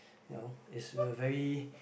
no it's a very